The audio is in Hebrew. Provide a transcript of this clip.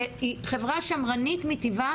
שהיא חברה שמרנית מטבעה,